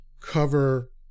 cover